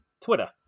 Twitter